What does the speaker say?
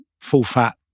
full-fat